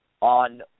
On